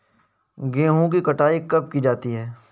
गेहूँ की कटाई कब की जाती है?